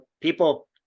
people